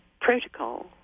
protocol